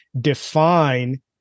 define